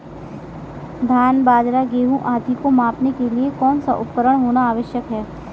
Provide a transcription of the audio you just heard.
धान बाजरा गेहूँ आदि को मापने के लिए कौन सा उपकरण होना आवश्यक है?